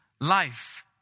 life